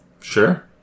Sure